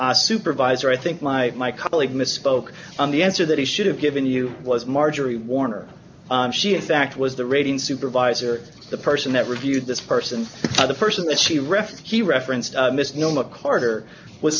works supervisor i think my my colleague misspoke on the answer that he should have given you was marjorie warner she in fact was the rating supervisor the person that reviewed this person or the person that she refugee referenced misnomer carter was